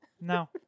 No